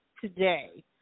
today